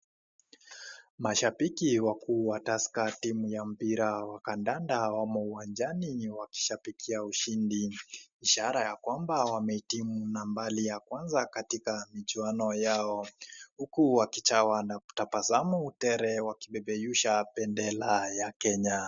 Mashabiki wakuu wa Tusker timu ya mpira wa kandanda wamo uwanjani wakishabikia ushindi. Ishara ya kwamba wamehitimu nambari ya kwanza katika michuano yao. Huku wakijawa na tabasamu tele wakipeperusha bendera ya Kenya.